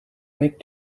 make